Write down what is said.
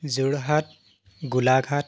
Jorhat Golaghat